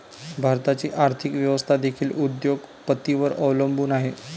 भारताची आर्थिक व्यवस्था देखील उद्योग पतींवर अवलंबून आहे